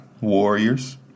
Warriors